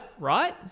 right